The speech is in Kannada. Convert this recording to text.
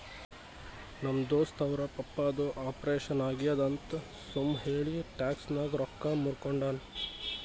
ನಮ್ ದೋಸ್ತ ಅವ್ರ ಪಪ್ಪಾದು ಆಪರೇಷನ್ ಆಗ್ಯಾದ್ ಅಂತ್ ಸುಮ್ ಹೇಳಿ ಟ್ಯಾಕ್ಸ್ ನಾಗ್ ರೊಕ್ಕಾ ಮೂರ್ಕೊಂಡಾನ್